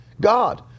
God